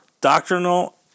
doctrinal